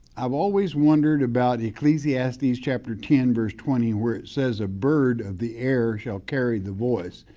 i've always wondered about ecclesiastes chapter ten, verse twenty, where it says a bird of the air shall carry the voice.